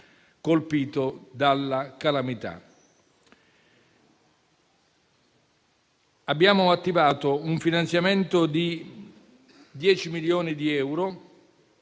colpito dalla calamità). Abbiamo attivato un finanziamento di 10 milioni di euro,